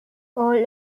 all